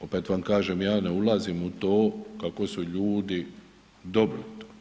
Opet vam kažem, ja ne ulazim u to kako su ljudi dobili to.